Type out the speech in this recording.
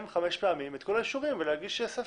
חמש פעמים את כל האישורים ולהגיש ספר.